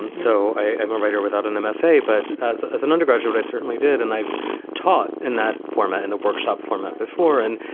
and so i am a writer without an mfa. but as as an undergraduate, i certainly did. and i've taught in that format, in the workshop format before. and